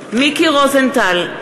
מיקי רוזנטל,